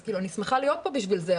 אז אני שמחה להיות פה בשביל זה,